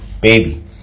baby